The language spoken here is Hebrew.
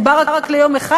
הוא בא רק ליום אחד,